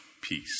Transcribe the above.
peace